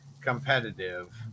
competitive